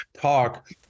talk